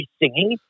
singing